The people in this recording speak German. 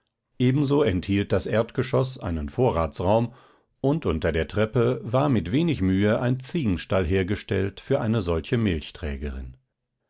ebenso enthielt das erdgeschoß einen vorratsraum und unter der treppe war mit wenig mühe ein ziegenstall hergestellt für eine solche